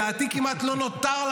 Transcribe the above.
הוא לדעתי כמעט לא נותר,